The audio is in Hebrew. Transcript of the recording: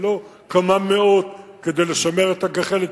זה לא כמה מאות כדי לשמר את הגחלת,